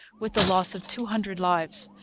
with the loss of two hundred lives.